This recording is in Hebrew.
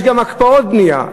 יש גם הקפאות בנייה.